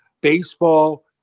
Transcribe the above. baseball